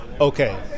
okay